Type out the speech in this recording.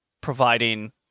providing